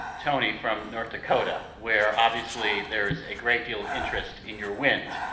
tony from north dakota, where obviously there is a great deal of interest in your wind.